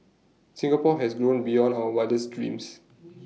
Singapore has grown beyond our wildest dreams